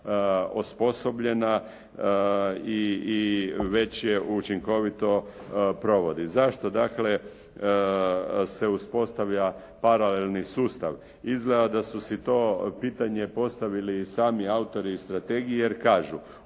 osposobljena i već je učinkovito provodi. Zašto dakle se uspostavlja paralelni sustav? Izgleda da su si to pitanje postavili i sami autori strategije jer kažu: